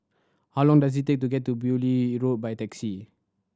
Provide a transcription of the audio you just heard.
how long does it take to get to Beaulieu Road by taxi